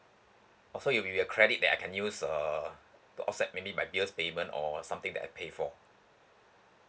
oh so you'll you'll credit that I can use err to offset maybe my bills payment or something that I pay for